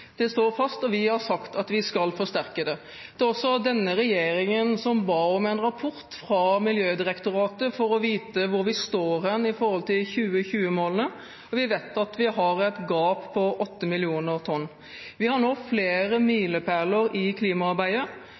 Det står fast, og vi har sagt at vi skal forsterke det. Det var også denne regjeringen som ba om en rapport fra Miljødirektoratet for å få vite hvor vi står i forhold til 2020-målene når vi vet at vi har et gap på 8 millioner tonn. Vi har nå flere milepæler i klimaarbeidet.